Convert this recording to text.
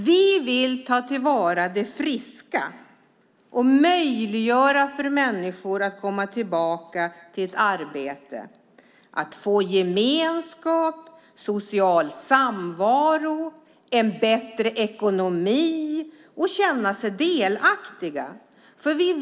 Vi vill ta till vara det friska och möjliggöra för människor att komma tillbaka till ett arbete, att få gemenskap, social samvaro, en bättre ekonomi och känna sig delaktiga.